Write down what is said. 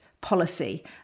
policy